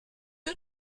you